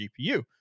GPU